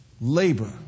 Labor